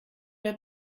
der